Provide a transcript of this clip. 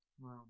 Wow